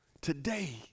today